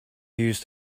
use